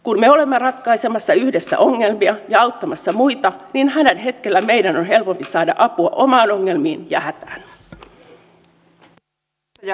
kun me olemme ratkaisemassa yhdessä ongelmia ja auttamassa muita niin hädän hetkellä meidän on helpompi saada apua omiin ongelmiin ja hätään